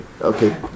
Okay